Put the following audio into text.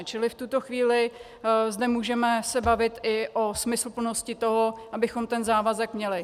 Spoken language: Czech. Čili v tuto chvíli se zde můžeme bavit i o smysluplnosti toho, abychom ten závazek měli.